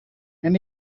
and